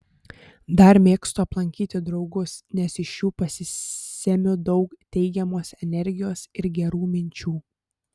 dar mėgstu aplankyti draugus nes iš jų pasisemiu daug teigiamos energijos ir gerų minčių